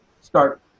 start